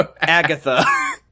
Agatha